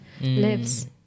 lives